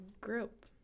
group